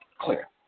Clear